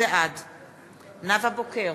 בעד נאוה בוקר,